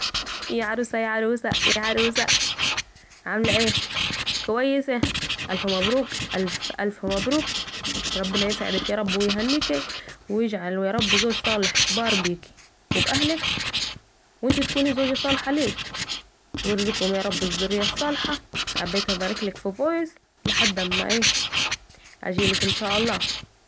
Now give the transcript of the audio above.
يا عروسه يا عروسه يا عروووسه عامله أيه ؟ كويسه الف مبروك الف الف مبروك ربنا يسعدك يارب و يهنيك و يجعله يارب زوج صالح بار بيكِ و بأهلك و أنتِ تكوني زوجه صالحه ليه و يرزقكم يارب بالذريه الصالحه ، حبيت ابارك لك في فويس لحد أما ايه لحد أما أيه ؟اجيلك أن شاء الله